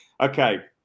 Okay